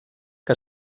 que